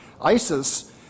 ISIS